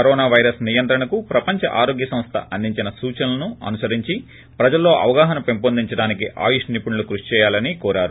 corona virus నియంత్రణకు ప్రపంచ ఆరోగ్య సంస్థ అందించిన సూచలనను అనుసరించి ప్రజల్లో అవగాహన పెంపొందించడానికి ఆయుష్ నిపుణులు కృషి చేయాలని కోరారు